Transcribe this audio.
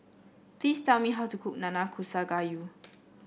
please tell me how to cook Nanakusa Gayu